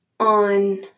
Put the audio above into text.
On